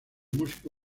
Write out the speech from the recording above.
músico